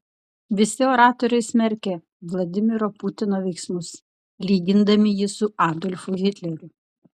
visi oratoriai smerkė vladimiro putino veiksmus lygindami jį su adolfu hitleriu